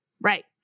Right